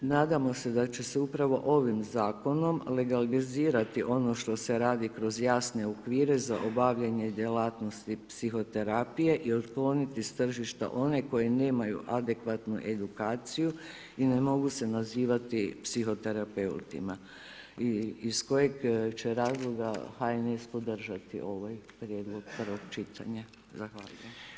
Nadamo se da će se upravo ovim zakonom legalizirati ono što se radi kroz jasne okvire za obavljanje djelatnosti psihoterapiji i otkloniti s tržišta one koje nemaju edukaciju i ne mogu se nazivati psihoterapeutima iz kojeg će razloga HNS ovaj prijedlog prvog čitanja.